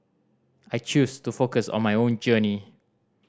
I choose to focus on my own journey